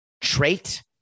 trait